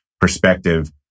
perspective